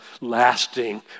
lasting